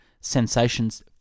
sensations